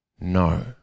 No